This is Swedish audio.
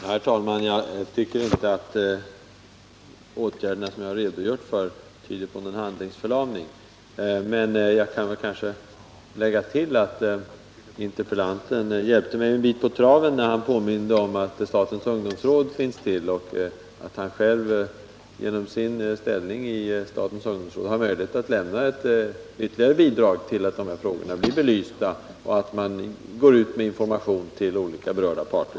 Herr talman! Jag tycker inte att de åtgärder jag har redogjort för tyder på någon handlingsförlamning. Interpellanten hjälpte mig en bit på traven, när han påminde om statens ungdomsråd. Genom sin egen ställning i statens ungdomsråd har han möjlighet att lämna ytterligare bidrag till att dessa frågor blir belysta och att olika berörda parter informeras.